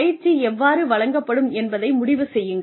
பயிற்சி எவ்வாறு வழங்கப்படும் என்பதை முடிவு செய்யுங்கள்